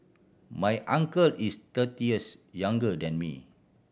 my uncle is thirty years younger than me